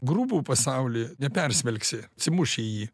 grubų pasaulį nepersmelkti atsimuši į jį